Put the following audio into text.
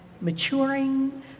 maturing